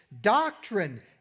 doctrine